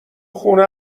خونه